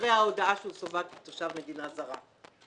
אחרי ההודעה שהוא סווג כתושבת מדינה זרה.